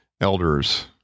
elders